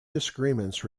disagreements